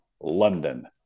London